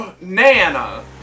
Nana